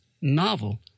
novel